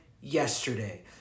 yesterday